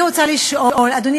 אדוני